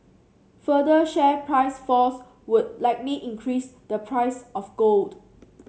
further share price falls would likely increase the price of gold